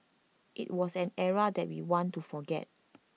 IT was an era that we want to forget